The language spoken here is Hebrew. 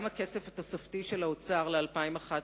גם הכסף התוספתי של האוצר ל-2011,